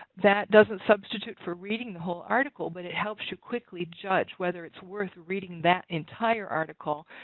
that doesn't substitute for reading the whole article, but it helps you quickly judge whether it's worth reading that entire article.